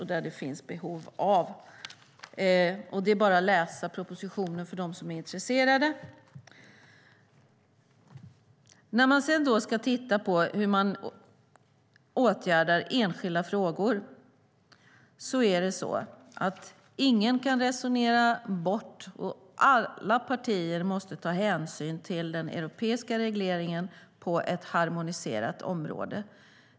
Det är bara att läsa propositionen, för dem som är intresserade. Sedan kan man titta på hur man åtgärdar enskilda frågor. Ingen kan resonera bort - och alla partier måste ta hänsyn till - den europeiska regleringen på ett harmoniserat område.